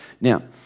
Now